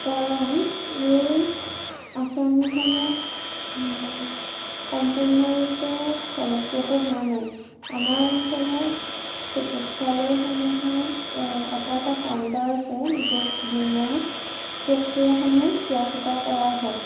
কাৰণ এই আঁচনিসমূহ সম্পূৰ্ণৰূপে ফলপ্ৰসূ হোৱা নাই আমাৰ অঞ্চলত চিকিৎসালয়সমূহত কাউণ্টাৰ আছে য'ত বীমা প্ৰক্ৰিয়াসমূহ চোৱা চিতা কৰা হয়